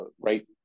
right